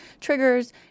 triggers